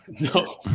No